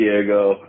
Diego